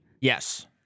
Yes